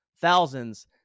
thousands